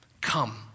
come